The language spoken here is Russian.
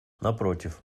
напротив